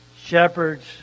Shepherds